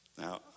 now